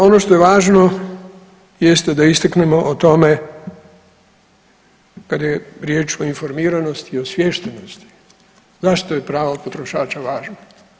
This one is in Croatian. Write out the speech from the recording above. No ono što je važno jeste da istaknemo o tome kada je riječ o informiranosti i osviještenosti zašto je pravo potrošača važno.